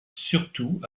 surtout